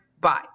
bye